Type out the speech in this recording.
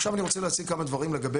עכשיו אני רוצה להציג כמה דברים לגבי